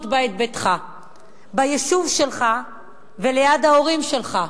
בה את ביתך ביישוב שלך וליד ההורים שלך?